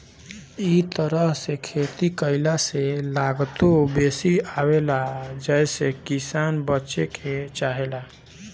इ तरह से खेती कईला से लागतो बेसी आवेला जेसे किसान बचे के चाहेला